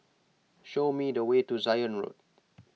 show me the way to Zion Road